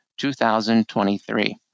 2023